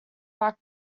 black